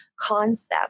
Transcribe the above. concept